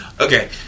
Okay